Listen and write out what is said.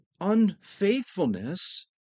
unfaithfulness